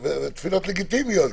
אלה תפילות לגיטימיות,